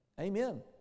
Amen